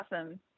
awesome